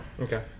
Okay